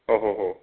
ओ हो हो